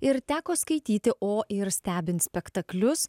ir teko skaityti o ir stebint spektaklius